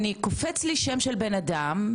קופץ לי שם של בן אדם,